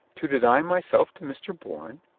to deny myself to mr. bourne?